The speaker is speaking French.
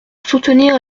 soutenir